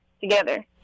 together